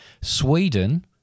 Sweden